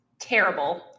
Terrible